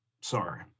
Sorry